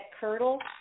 curdle